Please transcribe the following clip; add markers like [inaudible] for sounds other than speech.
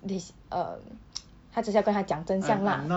this um [noise] 她只是要跟他讲真相啦